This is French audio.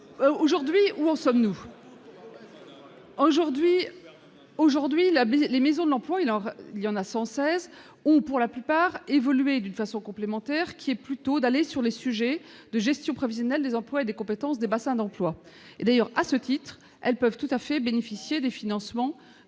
Aujourd'hui, où en sommes-nous ? Les maisons de l'emploi- il y en a 116 -ont, pour la plupart, évolué d'une façon complémentaire, laquelle consiste plutôt à aller vers les sujets de gestion prévisionnelle des emplois et des compétences des bassins d'emplois. D'ailleurs, à ce titre, elles peuvent tout à fait bénéficier des financements